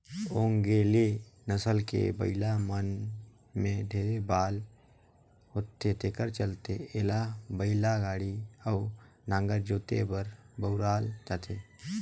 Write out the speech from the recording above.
ओन्गेले नसल के बइला मन में ढेरे बल होथे तेखर चलते एला बइलागाड़ी अउ नांगर जोते बर बउरल जाथे